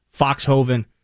Foxhoven